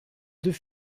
deux